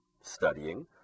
studying